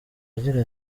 agira